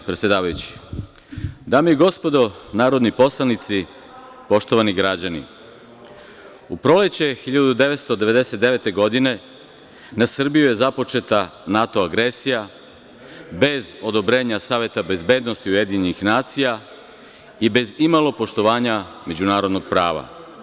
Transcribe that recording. Dame i gospodo narodni poslanici, poštovani građani, u proleće 1999. godine na Srbiju je započeta NATO agresija, bez odobrenja Saveta bezbednosti UN i bez imalo poštovanja međunarodnog prava.